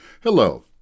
Hello